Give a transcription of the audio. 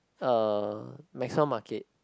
uh Maxwell market